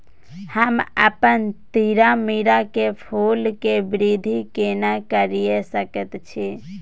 हम अपन तीरामीरा के फूल के वृद्धि केना करिये सकेत छी?